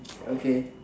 okay